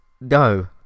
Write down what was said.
no